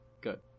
good